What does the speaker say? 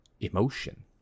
emotion